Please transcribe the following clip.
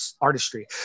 artistry